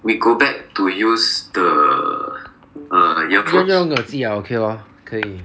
we go back to use the err earphones 不用的 ya okay orh 可以